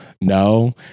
no